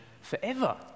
forever